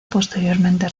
posteriormente